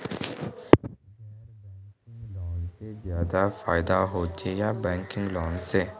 गैर banking loan से ज्यादा फायदा होचे या बैंकिंग लोन से?